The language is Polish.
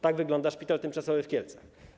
Tak wygląda szpital tymczasowy w Kielcach.